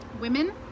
women